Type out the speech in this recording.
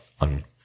on